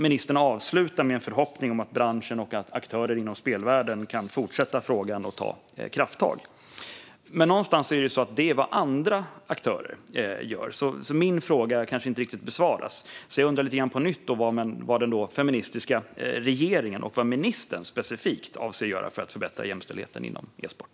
Ministern avslutar med en förhoppning om att branschen och aktörer inom spelvärlden fortsätter att driva frågan och ta krafttag. Någonstans är detta vad andra aktörer gör, så min fråga kanske inte riktigt besvaras. Jag undrar på nytt vad den feministiska regeringen och ministern specifikt avser att göra för att förbättra jämställdheten inom esport.